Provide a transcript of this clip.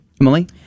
Emily